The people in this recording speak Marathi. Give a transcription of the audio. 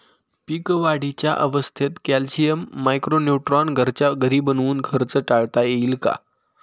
पीक वाढीच्या अवस्थेत कॅल्शियम, मायक्रो न्यूट्रॉन घरच्या घरी बनवून खर्च टाळता येईल का?